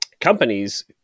companies